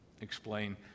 explain